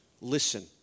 Listen